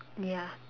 ya